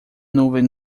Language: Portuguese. nuvem